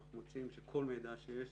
אנחנו רוצים שכל מידע שיש